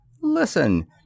listen